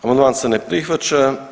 Amandman se ne prihvaća.